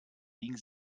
biegen